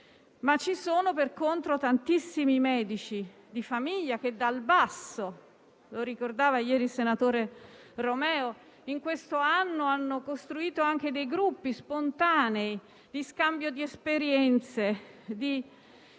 famiglia. Per contro, tantissimi sono i medici di famiglia che dal basso - lo ricordava ieri il senatore Romeo - in questo anno hanno costruito anche gruppi spontanei di scambio di esperienze, di